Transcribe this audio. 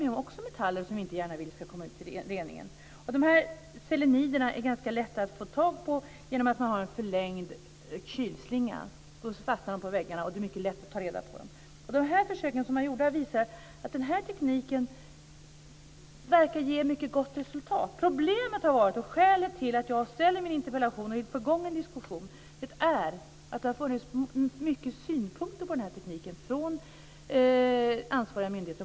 Det är ju också metaller som vi inte gärna vill ska komma ut i reningen. Dessa selenider är ganska lätta att få tag på genom att man har en förlängd kylslinga. Då fastnar de på väggarna, och det är mycket lätt att ta reda på dem. Försöken som är gjorda visar att denna teknik verkar ge ett mycket gott resultat. Problemet är - och det är också skälet till att jag ställer min interpellation och vill få i gång en diskussion - att det har funnits mycket synpunkter på denna teknik från ansvariga myndigheter.